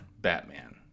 Batman